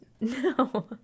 No